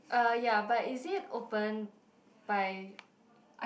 uh ya but is it open by